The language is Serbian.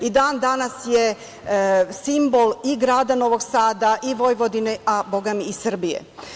I dan danas je simbol i grada Novog Sada i Vojvodine, a bogami i Srbije.